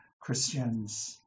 Christians